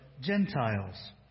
Gentiles